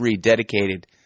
dedicated